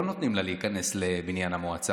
לא נותנים לה להיכנס לבניין המועצה.